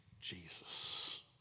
Jesus